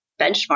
benchmark